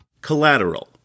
Collateral